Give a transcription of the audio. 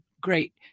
great